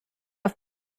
auf